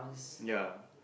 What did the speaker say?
ya